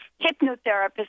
hypnotherapist